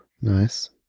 Nice